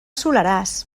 soleràs